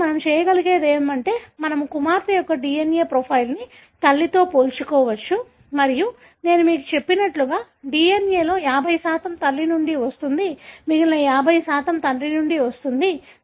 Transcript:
కాబట్టి మనం చేయగలిగేది ఏమిటంటే మనము కుమార్తె యొక్క DNA ప్రొఫైల్ని తల్లితో పోల్చవచ్చు మరియు నేను మీకు చెప్పినట్లుగా DNA లో 50 తల్లి నుండి వస్తుంది మిగిలిన 50 తండ్రి నుండి వస్తుంది